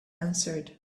answered